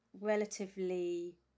relatively